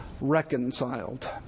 reconciled